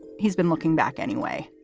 he's been looking back anyway.